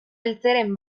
eltzeren